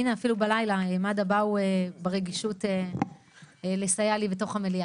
הינה אפילו בלילה מד"א באו ברגישות לסייע לי בתוך המליאה.